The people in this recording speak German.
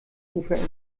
ufer